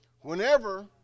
whenever